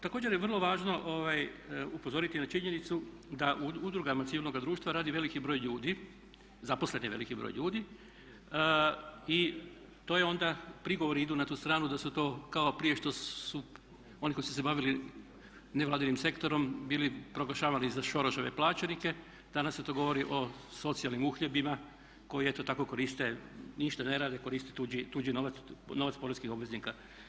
Također je vrlo važno upozoriti na činjenicu da u udrugama civilnoga društva radi veliki broj ljudi, zaposlen je veliki broj ljudi i to je onda prigovori idu na tu stranu da su to kao prije oni koji su se bavili nevladinim sektorom bili proglašavani za Soroševe plaćenike danas se to govori o socijalnim uhljebima koji eto tako koriste, ništa ne rade i koriste tuđi novac, novac poreznih obveznika.